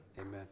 Amen